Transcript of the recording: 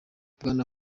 bwana